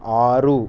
ఆరు